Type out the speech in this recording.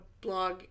blog